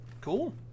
Cool